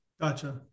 Gotcha